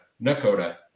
Nakota